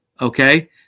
okay